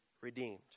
redeemed